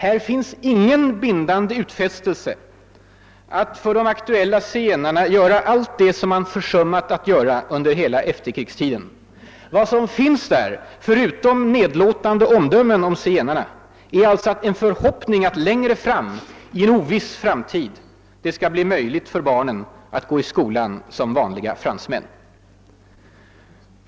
Här finns ingen bindande utfästelse att för de aktuella zigenarna göra allt det som man försummat att göra under hela efterkrigstiden. Vad som finns — förutom nedlåtande omdömen om zigenarna är alltså en förhoppning att det längre fram, i en oviss framtid, skall bli möjligt för barnen att gå i skolan som vanliga fransmän.